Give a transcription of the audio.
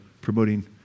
promoting